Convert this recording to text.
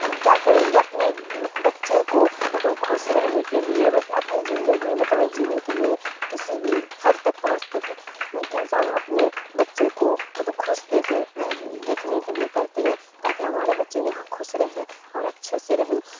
کیا کریں گے اپنے بچے کو مطلب خوش رہنے کے لیے اپنی زندگی مطلب جینے کے لیے کسی بھی حد تک پہنچتے ہیں انسان اپنے بچے کو مطلب خوش دیکھے رہ دیکھنے کے لیے کرتے ہیں تاکہ ہمارے بچے یہاں خوش رہیں اور اچھے سے رہیں